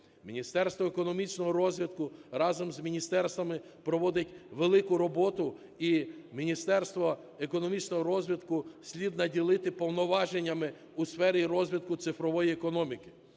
Міністерство економічного розвитку разом з міністерствами проводить велику роботу. і Міністерство економічного розвитку слід наділити повноваженнями у сфері розвитку цифрової економіки.